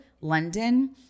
London